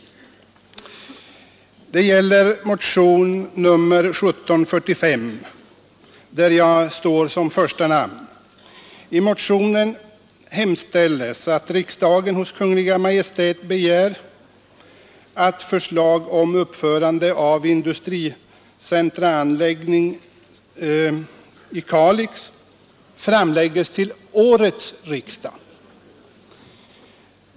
Reservationen bygger på motionen 1745, där jag står som första namn och där vi hemställer ”att riksdagen hos Kungl. Maj:t begär att förslag om uppförande av industricentrumanläggning i Kalix framlägges till årets riksdag”.